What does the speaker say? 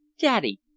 Daddy